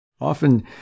often